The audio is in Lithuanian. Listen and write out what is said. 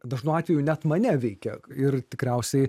dažnu atveju net mane veikia ir tikriausiai